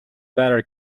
better